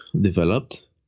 developed